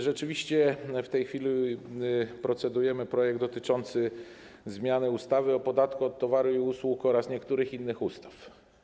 Rzeczywiście w tej chwili procedujemy nad projektem dotyczącym zmiany ustawy o podatku od towarów i usług oraz niektórych innych ustaw.